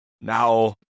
now